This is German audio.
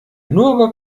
nur